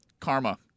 karma—